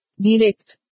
Direct